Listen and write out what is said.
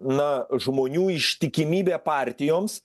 na žmonių ištikimybė partijoms